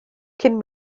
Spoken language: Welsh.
cyn